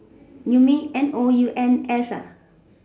you mean N O U N S ah